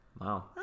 Wow